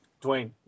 Dwayne